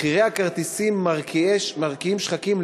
מחירי הכרטיסים מרקיעים שחקים,